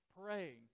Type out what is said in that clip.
praying